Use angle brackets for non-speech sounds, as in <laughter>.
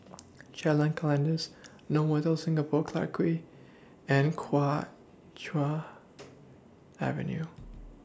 <noise> Jalan Kandis Novotel Singapore Clarke Quay and Kuo Chuan <noise> Avenue